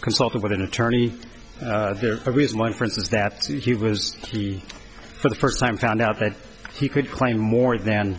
consulted with an attorney for reason one for instance that he was to be for the first time found out that he could claim more than